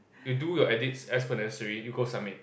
you do your edits as per necessary you go submit